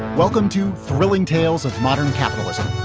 welcome to thrilling tales of modern capitalism.